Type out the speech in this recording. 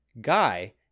guy